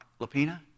Lapina